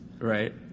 Right